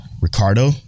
Ricardo